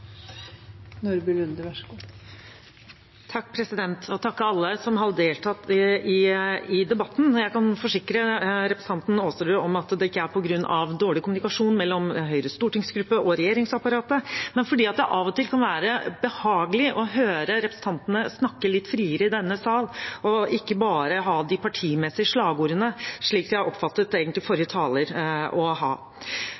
takke alle som har deltatt i debatten. Jeg kan forsikre representanten Aasrud om at det ikke er på grunn av dårlig kommunikasjon mellom Høyres stortingsgruppe og regjeringsapparatet, men fordi det av og til kan være behagelig å høre representantene snakke litt friere i denne sal, og ikke bare ha de partimessige slagordene, slik jeg egentlig oppfattet